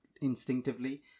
instinctively